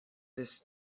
this